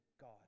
God